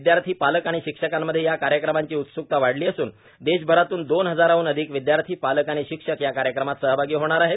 विद्यार्थी पालक आणि शिक्षकांमध्ये या कार्यक्रमाची उत्सुकता वाढली असून देशभरातून दोन हजारांहन अधिक विदयार्थी पालक आणि शिक्षक या कार्यक्रमात सहभागी होणार आहेत